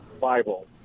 Bible